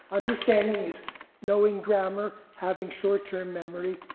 understanding is knowing grammar, having short-term memory,